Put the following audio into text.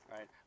Right